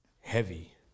Heavy